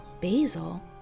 Basil